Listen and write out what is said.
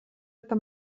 eta